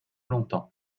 longtemps